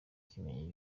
kimenyi